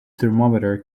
thermometer